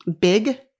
big